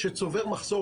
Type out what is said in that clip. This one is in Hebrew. כשצובר מחסור,